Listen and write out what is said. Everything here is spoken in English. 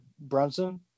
Brunson